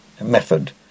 method